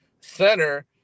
center